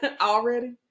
Already